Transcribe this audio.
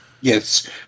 yes